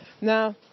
Now